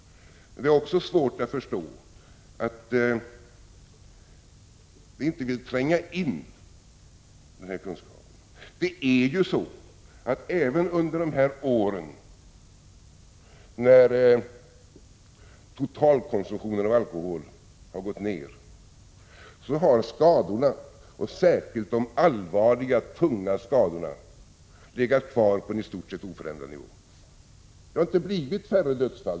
Det är också svårt att förstå att den här kunskapen inte vill tränga in. Det är ju så, att även under de år när totalkonsumtionen av alkohol gått ned har skadorna — särskilt de allvarliga, tunga skadorna — legat kvar på i stort sett oförändrad nivå. Det har inte blivit färre dödsfall.